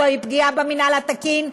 זוהי פגיעה במינהל התקין,